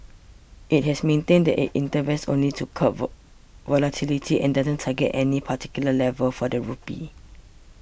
it has maintained that it intervenes only to curb volatility and doesn't target any particular level for the rupee